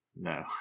No